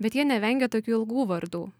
bet jie nevengia tokių ilgų vardų